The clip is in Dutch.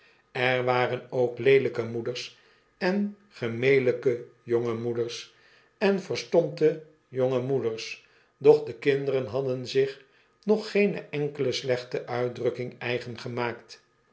er waren ook leelijke moeders en gemelijke jonge moeders en verstompte jonge moeders doch de kinderen hadden zich nog geene enkele slechte uitdrukking eigen gemaakt